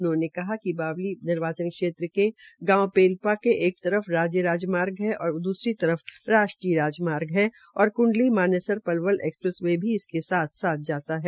उन्होंने कहा कि बादली निर्वाचित क्षेत्र के गांव पलपा के एक तरफ राजय राजमार्ग है और दूसरी तरफ राष्ट्रीय राजमार्ग है और कृंडली मानेसर पलवल एक्सप्रेस वे भी इसके साथ साथ जाता है